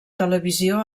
televisió